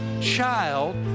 child